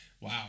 Wow